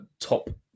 top